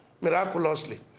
miraculously